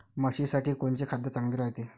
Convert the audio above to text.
म्हशीसाठी कोनचे खाद्य चांगलं रायते?